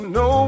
no